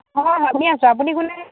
অঁ শুনি আছো আপুনি কোনে ক'লে